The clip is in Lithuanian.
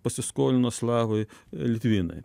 pasiskolino slavai litvinai